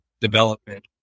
development